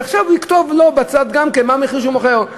ועכשיו הוא יכתוב בצד מה המחיר שבו הוא מוכר.